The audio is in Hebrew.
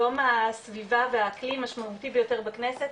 יום הסביבה והאקלים משמעותי ביותר בכנסת,